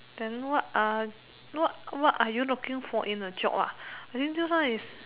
then what are what what are you looking for in a job I think this one is